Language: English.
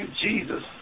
Jesus